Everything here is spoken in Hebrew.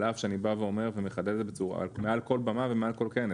על-אף שאני בא ואומר ומחדד מעל כל במה ומעל כל כנס